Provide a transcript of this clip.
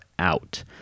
out